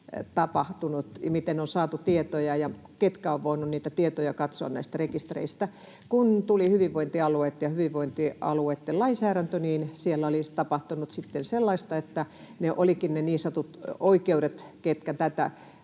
tapahtunut, miten on saatu tietoja ja ketkä ovat voineet niitä tietoja katsoa näistä rekistereistä. Kun tulivat hyvinvointialueet ja hyvinvointialueitten lainsäädäntö, niin siellä oli sitten tapahtunut sellaista, että niiden niin sanotuissa oikeuksissa, ketkä näitä